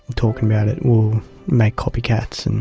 talking about it will make copycats.